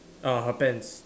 ah her pants